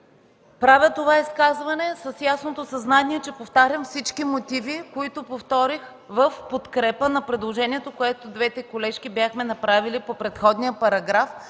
Правя това изказване с ясното съзнание, че повтарям всички мотиви, които изказах в подкрепа на предложението, което ние, двете колежки, бяхме направили по предходния параграф,